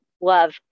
love